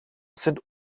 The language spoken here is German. sind